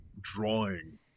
drawing